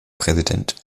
präsident